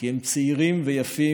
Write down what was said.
כי הם צעירים ויפים.